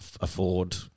afford –